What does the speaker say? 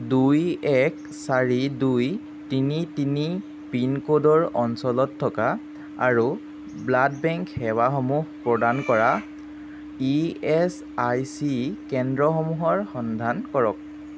দুই এক চাৰি দুই তিনি তিনি পিনক'ডৰ অঞ্চলত থকা আৰু ব্লাড বেংক সেৱাসমূহ প্ৰদান কৰা ই এচ আই চি কেন্দ্ৰসমূহৰ সন্ধান কৰক